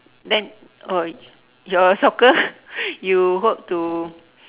then oh your soccer you hope to